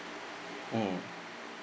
mm